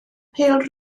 pêl